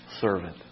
servant